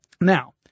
now